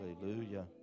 hallelujah